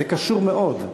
זה קשור מאוד.